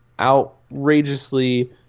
outrageously